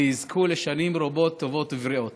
ויזכו לשנים רבות, טובות ובריאות.